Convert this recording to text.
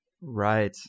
Right